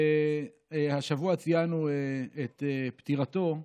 השבוע ציינו את פטירתו,